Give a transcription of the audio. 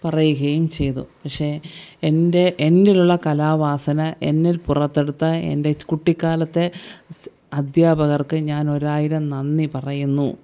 പറയുകയും ചെയ്തു പക്ഷെ എൻ്റെ എന്നിലുള്ള കലാ വാസന എന്നിൽ പുറത്തെടുത്ത എൻ്റെ കുട്ടിക്കാലത്തെ അധ്യാപകർക്ക് ഞാൻ ഒരായിരം നന്ദി പറയുന്നു